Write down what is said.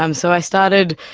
um so i started,